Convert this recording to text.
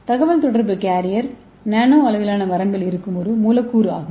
தகவல்தொடர்பு கேரியர் நானோ அளவிலான வரம்பில் இருக்கும் ஒரு மூலக்கூறு ஆகும்